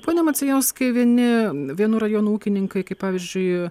pone macijauskai vieni vienų rajonų ūkininkai kaip pavyzdžiui